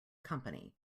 company